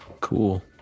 Cool